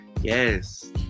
Yes